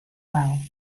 well